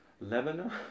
Lebanon